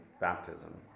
baptism